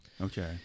okay